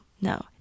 no